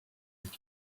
with